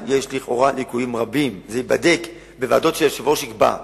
זה ייבדק בוועדות שהיושב-ראש יקבע,